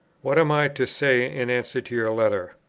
what am i to say in answer to your letter?